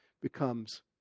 becomes